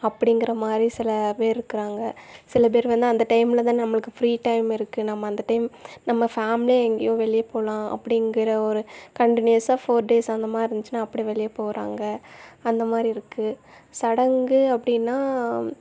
அப்டிங்கற மாதிரி சில பேர் இருக்கிறாங்க சில பேர் வந்து அந்த டைமில் தான் நம்மளுக்கு ஃப்ரீ டைம் இருக்குது நம்ம அந்த டைம் நம்ம ஃபேமிலியா எங்கேயும் வெளியப்போகலாம் அப்படிங்கற ஒரு கன்டினியூஸா ஃபோர் டேஸ் அந்தமாதிரி இருந்துச்சின்னால் அப்படியும் வெளியப்போகிறாங்க அந்தமாதிரி இருக்குது சடங்கு அப்படின்னா